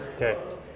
Okay